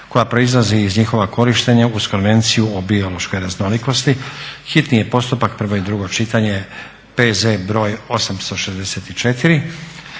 koja proizlazi iz njihova korištenja uz Konvenciju o biološkoj raznolikosti, hitni postupak, prvo i drugo čitanje, P.Z. br. 864;